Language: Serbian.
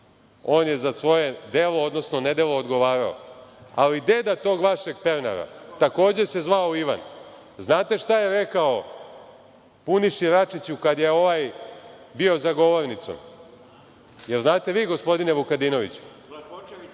On je za svoje delo, odnosno nedelo odgovarao, ali deda tog vašeg Pernara takođe se zvao Ivan. Znate šta je rekao Puniši Račiću kada je ovaj bio za govornicom? Da li znate vi, gospodine Vukadinoviću?